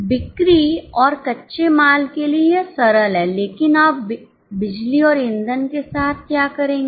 बिक्री और कच्चे माल के लिए यह सरल है लेकिन आप बिजली और ईंधन के साथ क्या करेंगे